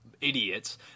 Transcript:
idiots